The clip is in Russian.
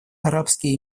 арабские